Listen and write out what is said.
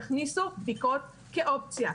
תכניסו בדיקות כאופציה,